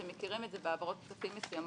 אתם מכירים את זה בהעברות כספים מסוימות,